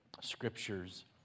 scriptures